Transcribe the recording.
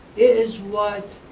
is what